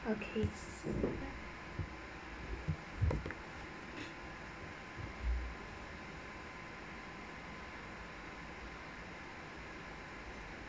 okay